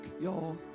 y'all